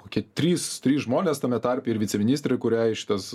kokie trys trys žmonės tame tarpe ir viceministrė kuriai šitas